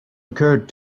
occurred